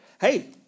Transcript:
hey